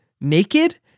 naked